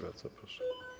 Bardzo proszę.